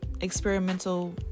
experimental